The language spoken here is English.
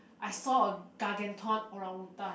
I saw a gargantuan orangutan